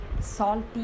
salty